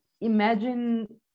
imagine